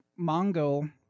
Mongo